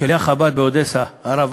שליח חב"ד באודסה, הרב